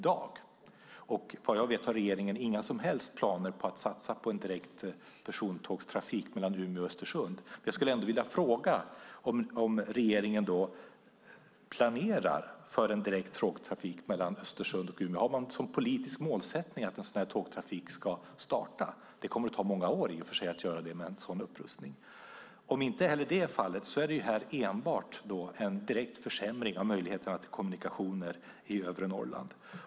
Vad jag vet har inte regeringen några planer på att satsa på direkt persontågstrafik mellan Umeå och Östersund. Jag vill ändå fråga om regeringen planerar för en direkt tågtrafik mellan Östersund och Umeå. Har man som politisk målsättning att en sådan tågtrafik ska starta? En sådan upprustning kommer i och för sig att ta flera år. Om inte heller det är fallet är det här enbart en direkt försämring av möjligheten till kommunikationer i övre Norrland.